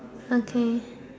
okay